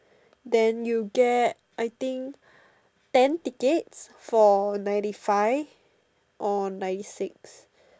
then you get I think ten tickets for ninety five or ninety six